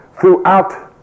throughout